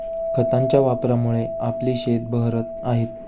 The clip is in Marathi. खतांच्या वापरामुळे आपली शेतं बहरत आहेत